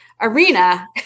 arena